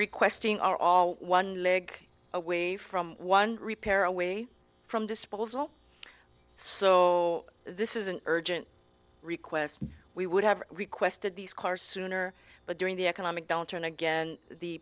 requesting are all one leg away from one repair away from disposal so this is an urgent request we would have requested these cars sooner but during the economic downturn again the